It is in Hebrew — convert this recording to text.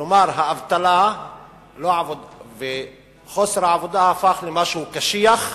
כלומר, האבטלה וחוסר העבודה הפכו למשהו קשיח,